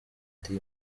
ndi